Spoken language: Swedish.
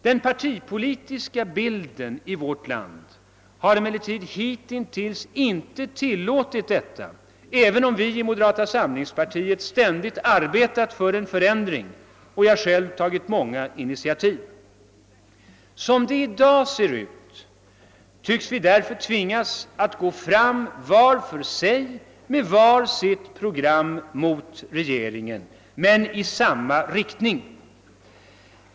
Den partipolitiska bilden i vårt land har emellertid hitintills inte tillåtit detta, även om vi i moderata samlingspartiet ständigt arbetat för en förändring och jag själv tagit många initiativ. Som det i dag ser ut tycks vi därför tvingas att gå fram var för sig med var sitt program mot regeringen men i samma riktning.